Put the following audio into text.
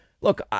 Look